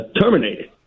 terminated